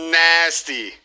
nasty